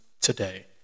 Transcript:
today